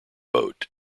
boat